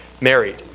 married